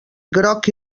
groc